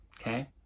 okay